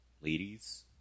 Ladies